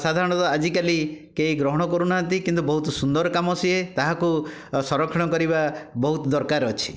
ସାଧାରଣତଃ ଆଜିକାଲି କେହି ଗ୍ରହଣ କରୁନାହାନ୍ତି କିନ୍ତୁ ବହୁତ ସୁନ୍ଦର କାମ ସିଏ ତାହାକୁ ସଂରକ୍ଷଣ କରିବା ବହୁତ ଦରକାର ଅଛି